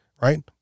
Right